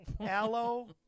Aloe